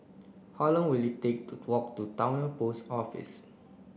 how long will it take to walk to Towner Post Office